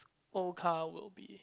old car will be